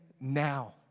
now